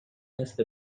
مثل